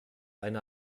eine